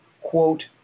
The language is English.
quote